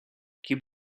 keep